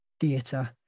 theatre